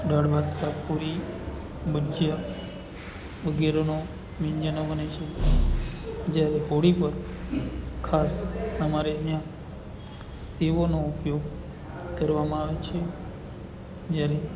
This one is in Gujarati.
દાળ ભાત શાક પૂરી ભજીયાં વગેરેનો વ્યંજનો બને છે જ્યારે હોળી પર ખાસ અમારે અહિયાં સેવોનો ઉપયોગ કરવામાં આવે છે જ્યારે